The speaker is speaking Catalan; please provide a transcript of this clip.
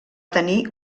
tenir